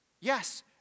Yes